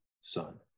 son